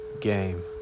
game